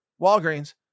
Walgreens